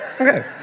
okay